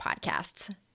podcasts